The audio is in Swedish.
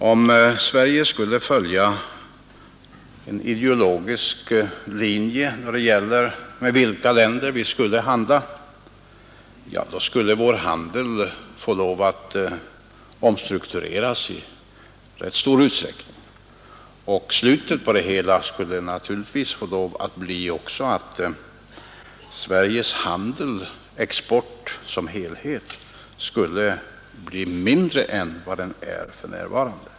Om Sverige skulle följa en ideologisk linje i fråga om vilka länder vi skulle handla med, då fick vi lov att omstrukturera vår handel i rätt stor utsträckning, och slutet på det hela skulle naturligtvis också bli att Sveriges export som helhet blev mindre än vad den är för närvarande.